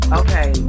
okay